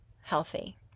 healthy